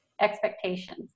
expectations